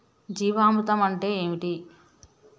జీవామృతం అంటే ఏంటి?